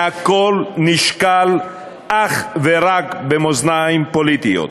והכול נשקל אך ורק במאזניים פוליטיים.